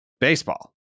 baseball